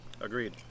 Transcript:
agreed